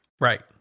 Right